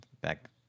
back